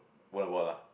won't abort lah